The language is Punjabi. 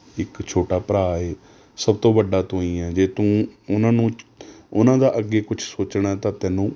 ਇੱਕ ਛੋਟਾ ਭਰਾ ਏ ਸਭ ਤੋਂ ਵੱਡਾ ਤੂੰ ਹੀ ਹੈ ਜੇ ਤੂੰ ਉਨ੍ਹਾਂ ਨੂੰ ਉਨ੍ਹਾਂ ਦਾ ਅੱਗੇ ਕੁਝ ਸੋਚਣਾ ਤਾਂ ਤੈਨੂੰ